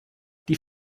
die